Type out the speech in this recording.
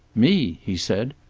me? he said.